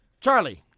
Charlie